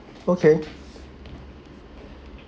okay